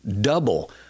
Double